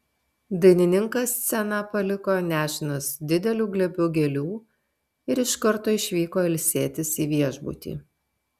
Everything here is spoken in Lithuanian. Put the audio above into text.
dainininkas sceną paliko nešinas dideliu glėbiu gėlių ir iš karto išvyko ilsėtis į viešbutį